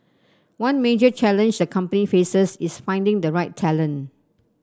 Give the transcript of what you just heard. one major challenge the company faces is finding the right talent